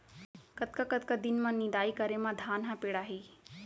कतका कतका दिन म निदाई करे म धान ह पेड़ाही?